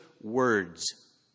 words